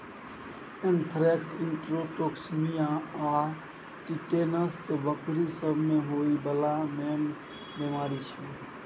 anthrax, enterotoxaemia आ tetanus बकरी सब मे होइ बला मेन बेमारी छै